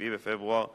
7 בפברואר 2011,